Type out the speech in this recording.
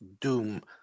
doom